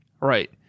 Right